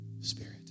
spirit